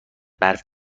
برف